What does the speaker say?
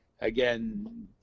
again